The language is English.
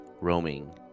roaming